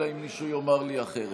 אלא אם מישהו יאמר לי אחרת,